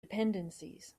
dependencies